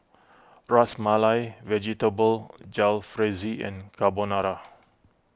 Ras Malai Vegetable Jalfrezi and Carbonara